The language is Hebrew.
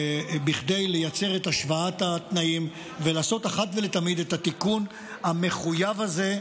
כדי לייצר את השוואת התנאים ולעשות אחת ולתמיד את התיקון המחויב הזה.